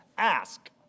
ask